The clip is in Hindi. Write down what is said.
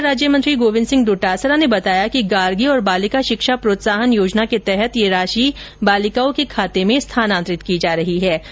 शिक्षा राज्यमंत्री गोविन्द सिंह डोटासरा ने बताया कि गार्गी और बालिका शिक्षा प्रोत्साहन योजना के तहत ये राशि बालिकाओं के खाते में स्थानान्तरित की जा रही है